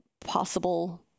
possible